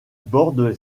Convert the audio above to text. borde